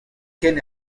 ken